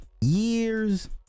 years